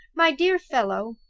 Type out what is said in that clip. my dear fellow,